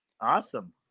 Awesome